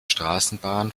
straßenbahn